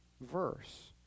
verse